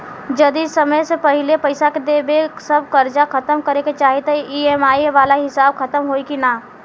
जदी समय से पहिले पईसा देके सब कर्जा खतम करे के चाही त ई.एम.आई वाला हिसाब खतम होइकी ना?